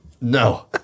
No